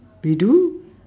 we do